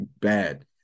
bad